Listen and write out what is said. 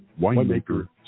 winemaker